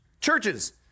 churches